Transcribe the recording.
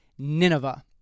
Nineveh